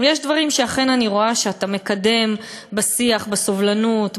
יש דברים שאני אכן רואה שאתה מקדם בשיח, בסובלנות,